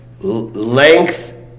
length